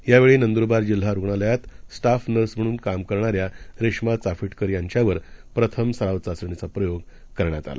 यावेळीनंदुरबारजिल्हारुग्णालयातस्टाफनर्सम्हणूनकामकरणाऱ्यारेशमाचाफेटकरयांच्यावरप्रथमसरावचाचणीचाप्रयोगकरण्यातआला